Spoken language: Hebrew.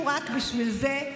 אפילו רק בשביל זה,